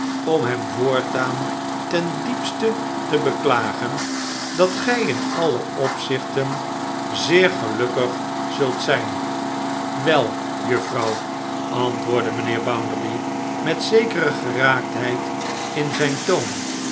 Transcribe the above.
om hem voortaan ten diepste te beklagen dat gij in alle opzichten zeer gelukkig zult zijn wei juffrouw antwoordde mijnheer bounderby met zekere geraaktheid in zijn toon